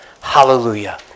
Hallelujah